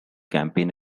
campaign